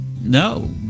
No